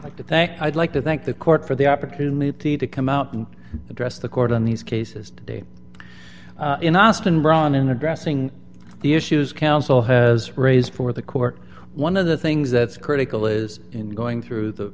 like the thanks i'd like to thank the court for the opportunity to come out and address the court on these cases day in austin ron in addressing the issues council has raised for the court one of the things that's critical is in going through the